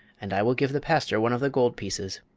and i will give the pastor one of the gold pieces.